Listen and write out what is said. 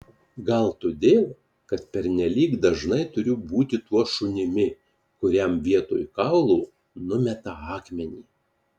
gal todėl kad pernelyg dažnai turiu būti tuo šunimi kuriam vietoj kaulo numeta akmenį